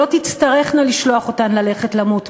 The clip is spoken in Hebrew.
שלא תצטרכנה לשלוח אותם ללכת למות,